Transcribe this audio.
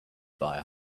fire